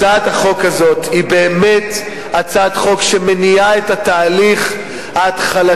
הצעת החוק הזאת היא באמת הצעת חוק שמניעה את התהליך ההתחלתי,